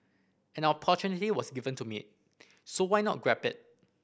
an opportunity was given to me so why not grab it